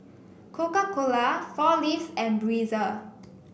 Coca Cola Four Leaves and Breezer